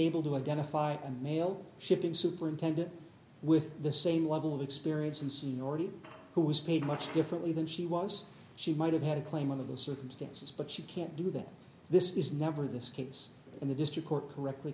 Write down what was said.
able to identify a male shipping superintendent with the same level of experience and seniority who was paid much differently than she was she might have had a claim of the circumstances but she can't do that this is never this case in the district court correctly